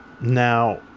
Now